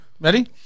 ready